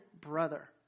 brother